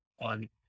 on